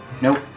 nope